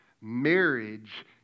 Marriage